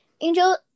Angel